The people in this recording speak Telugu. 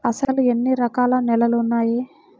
అసలు ఎన్ని రకాల నేలలు వున్నాయి?